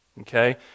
okay